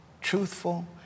truthful